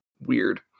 weird